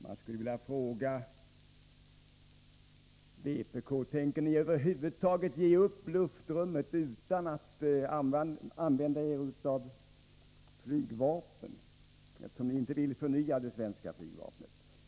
Man skulle vilja fråga vpk: Tänker ni ge upp luftrummet utan att över huvud taget använda er av flygvapen, eftersom ni inte vill förnya det svenska flygvapnet?